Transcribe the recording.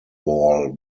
wall